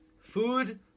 food